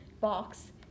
box